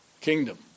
kingdom